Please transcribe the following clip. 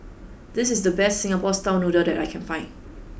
this is the best Singapore style noodles that I can find